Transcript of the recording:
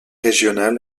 régional